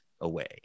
away